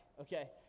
okay